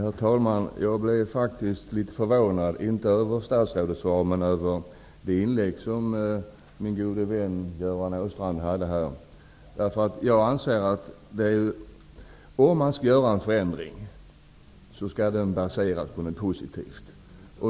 Herr talman! Jag blev litet konfunderad -- inte över statsrådets svar, men över det inlägg som min gode vän Göran Åstrand gjorde här. Jag anser att om man skall göra en förändring skall den baseras på någonting positivt.